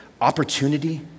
opportunity